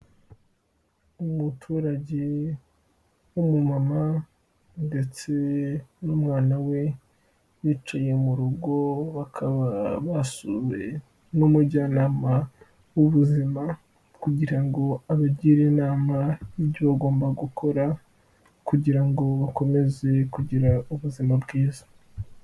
Umuturage w'umumama ndetse n'umwana we bicaye mu rugo, bakaba basuwe n'umujyanama w'ubuzima kugira ngo abagire inama y'ibyo bagomba gukora, kugira ngo bakomeze kugira ubuzima bwiza.